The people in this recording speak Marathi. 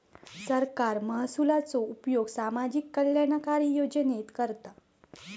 सरकार महसुलाचो उपयोग सामाजिक कल्याणकारी योजनेत करता